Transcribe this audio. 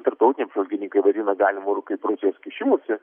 tarptautiniai apžvalgininkai vadina galimu ir kaip rusijos kišimusi